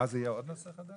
הוועדה יוצאת להפסקה כי